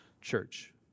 church